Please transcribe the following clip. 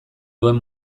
duen